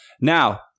Now